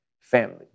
family